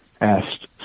asked